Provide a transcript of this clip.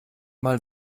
mal